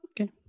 okay